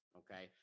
okay